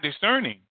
discerning